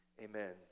Amen